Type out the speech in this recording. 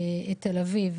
את תל אביב.